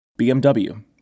BMW